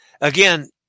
Again